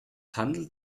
handelt